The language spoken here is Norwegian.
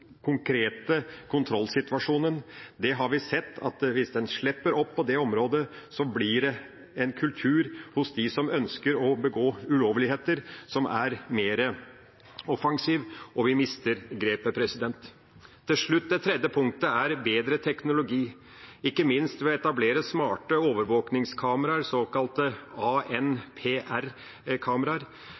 konkrete kontrollsituasjonen. Vi har sett at hvis en slipper opp på det området, blir det en kultur hos dem som ønsker å begå ulovligheter, som er mer offensiv, og vi mister grepet. Til slutt: Det tredje punktet er bedre teknologi, ikke minst ved å etablere smarte overvåkningskameraer, såkalte